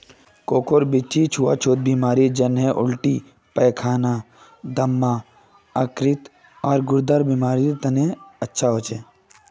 कोकोर बीच्ची छुआ छुत बीमारी जन्हे उल्टी पैखाना, दम्मा, यकृत, आर गुर्देर बीमारिड तने फयदा कर छे